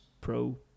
pro